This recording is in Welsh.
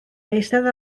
eistedd